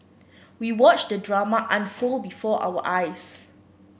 we watched the drama unfold before our eyes